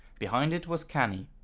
behind it was canny.